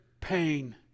pain